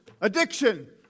Addiction